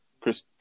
Chris